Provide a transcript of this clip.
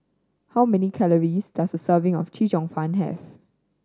how many calories does a serving of Chee Cheong Fun have